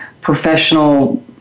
professional